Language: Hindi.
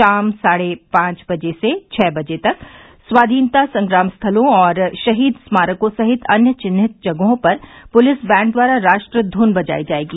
शाम साढ़े पांच बजे से छह बजे तक स्वतंत्रता संग्राम स्थलों और शहीद स्मारकों सहित अन्य चिन्हित जगहों पर पुलिस बैंड द्वारा राष्ट्र धुन बजायी जायेगी